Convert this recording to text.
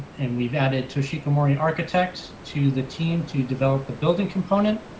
and we've added toshiko morning architects to the team to develop the building component.